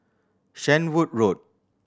Shenvood Road